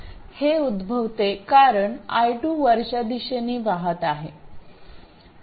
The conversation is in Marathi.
हे उद्भवते कारण i2 वरच्या दिशेने वाहत आहे